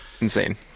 Insane